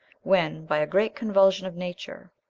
when, by a great convulsion of nature,